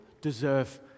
deserve